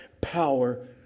power